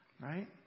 Right